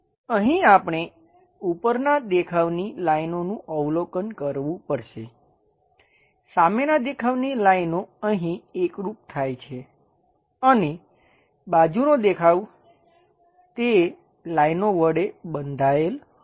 અહીં આપણે ઉપરનાં દેખાવની લાઈનોનું અવલોકન કરવું પડશે સામેનાં દેખાવની લાઈનો અહીં એકરુપ થાય છે અને બાજુનો દેખાવ તે લાઈનો વડે બંધાયેલ હશે